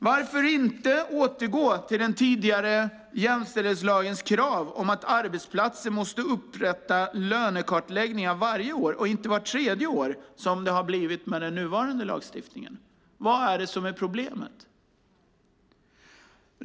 Varför återgår man inte till den tidigare jämställdhetslagens krav på att arbetsplatser ska upprätta lönekartläggningar varje år och inte vart tredje år som det har blivit med den nuvarande lagstiftningen? Vad är problemet?